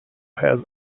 has